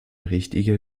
richtige